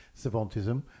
savantism